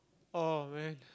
orh when